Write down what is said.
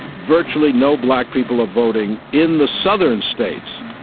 virtually no black people are voting in the southern states.